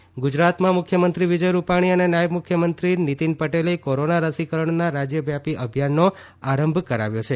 ગુજરાત રસીકરણ ગુજરાતમાં મુખ્યમંત્રી વિજય રૂપાણી અને નાયબ મુખ્યમંત્રી નીતીન પટેલે કોરોના રસીકરણના રાજ્યવ્યાપી અભિયાનનો આરંભ કરાવ્યો છે